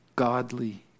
Godly